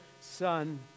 Son